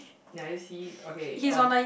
ya you see okay um